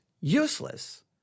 useless